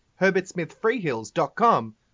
herbertsmithfreehills.com